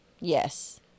Yes